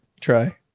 Try